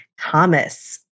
Thomas